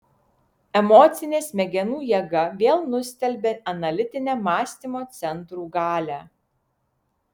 emocinė smegenų jėga vėl nustelbia analitinę mąstymo centrų galią